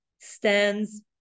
stands